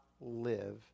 live